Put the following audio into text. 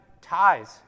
ties